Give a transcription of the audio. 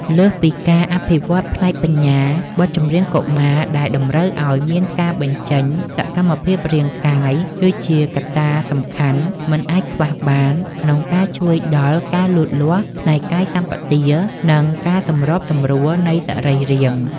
លើសពីការអភិវឌ្ឍផ្នែកបញ្ញា បទចម្រៀងកុមារដែលតម្រូវឱ្យមានការបញ្ចេញសកម្មភាពរាងកាយ គឺជាកត្តាសំខាន់មិនអាចខ្វះបានក្នុងការជួយដល់ការលូតលាស់ផ្នែកកាយសម្បទា និងការសម្របសម្រួលនៃសរីរាង្គ។